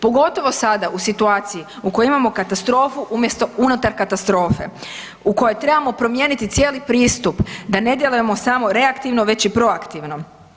Pogotovo sada u situaciji u kojoj imamo katastrofu umjesto unutar katastrofe, u kojoj trebamo promijeniti cijeli pristup, da ne djelujemo samo reaktivno već i proaktivno.